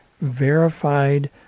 verified